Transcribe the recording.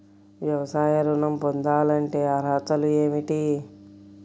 వ్యవసాయ ఋణం పొందాలంటే అర్హతలు ఏమిటి?